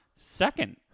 second